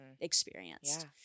experienced